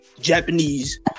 Japanese